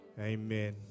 Amen